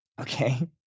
Okay